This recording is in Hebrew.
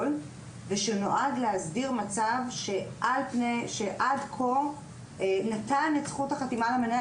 ושנועד להסדיר מצב שנתן את זכות החתימה למנהל.